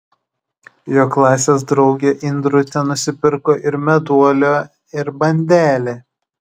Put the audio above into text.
jo klasės draugė indrutė nusipirko ir meduolio ir bandelę